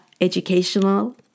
educational